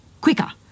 quicker